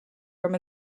from